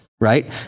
right